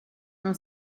non